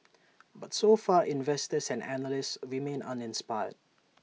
but so far investors and analysts remain uninspired